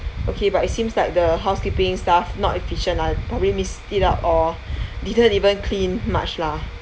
okay but it seems like the housekeeping staff not efficient lah probably missed it out or didn't even cleaned much lah